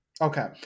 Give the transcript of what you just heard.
Okay